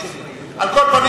על כל פנים,